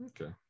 Okay